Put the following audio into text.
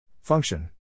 Function